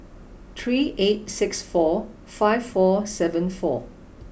three eight six four five four seven four